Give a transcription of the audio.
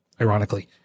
ironically